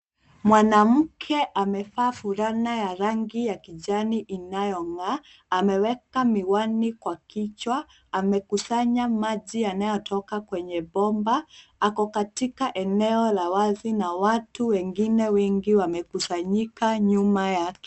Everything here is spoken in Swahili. Mwanamke amevaa fulana ya rangi ya kijani inayong'aa, ameweka miwani kwa kichwa, amekusanya maji yanayotoka kwenye bomba, ako katika eneo la wazi na watu wengine wengi wamekusanyika nyuma yake.